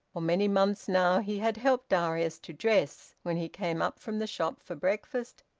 for many months now he had helped darius to dress, when he came up from the shop for breakfast,